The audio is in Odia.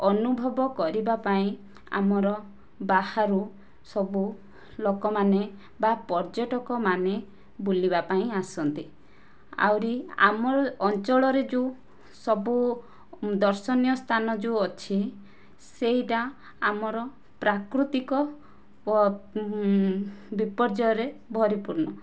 ଅନୁଭବ କରିବାପାଇଁ ଆମର ବାହାରୁ ସବୁ ଲୋକ ମାନେ ବା ପର୍ଯ୍ୟଟକ ମାନେ ବୁଲିବା ପାଇଁ ଆସନ୍ତି ଆହୁରି ଆମରି ଅଞ୍ଚଳରେ ଯେଉଁ ସବୁ ଦର୍ଶନୀୟ ସ୍ଥାନ ଯେଉଁ ଅଛି ସେହିଟା ଆମର ପ୍ରାକୃତିକ ବିପର୍ଯ୍ୟୟରେ ପରିପୂର୍ଣ୍ଣ